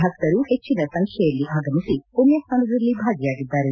ಭಕ್ತರು ಹೆಚ್ಚಿನ ಸಂಖ್ಯೆಯಲ್ಲಿ ಆಗಮಿಸಿ ಮಣ್ಯ ಸ್ನಾನದಲ್ಲಿ ಭಾಗಿಯಾಗಿದ್ದಾರೆ